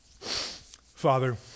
Father